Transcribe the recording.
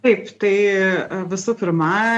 taip tai visų pirma